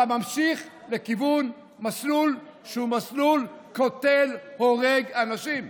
אתה ממשיך לכיוון מסלול שהוא מסלול קוטל והורג אנשים.